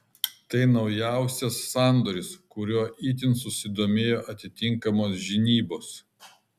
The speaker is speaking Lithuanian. tai naujausias sandoris kuriuo itin susidomėjo atitinkamos žinybos